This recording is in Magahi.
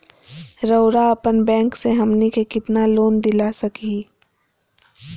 रउरा अपन बैंक से हमनी के कितना लोन दिला सकही?